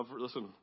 Listen